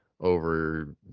over